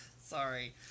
Sorry